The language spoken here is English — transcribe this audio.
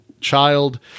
child